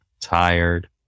tired